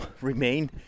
remain